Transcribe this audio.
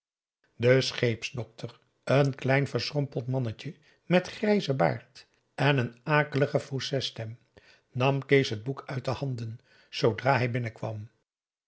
de scheepsdokter een klein verschrompeld mannetje met grijzen baard en een akelige fausset stem nam kees het boek uit de handen zoodra hij binnen